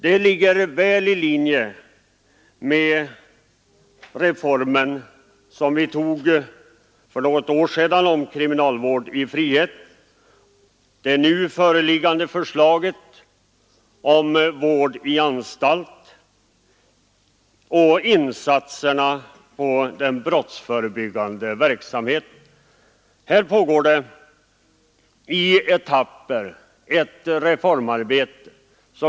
Det ligger väl i linje med det beslut om kriminalvård i frihet som vi fattade för något år sedan, med det nu föreliggande förslaget om vård i anstalt och med insatserna när det gäller den brottsförebyggande verksamheten.